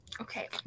Okay